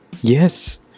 Yes